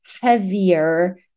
heavier